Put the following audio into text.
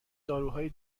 داروهای